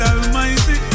Almighty